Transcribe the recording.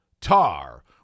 Tar